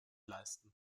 leisten